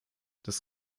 das